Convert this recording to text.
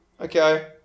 Okay